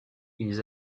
ils